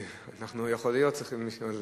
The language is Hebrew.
יכול להיות, צריכים לשאול.